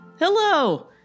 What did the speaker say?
Hello